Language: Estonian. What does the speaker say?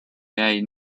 jäi